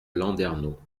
landerneau